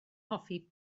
hoffi